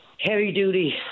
heavy-duty